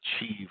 achieve